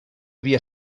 havia